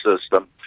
system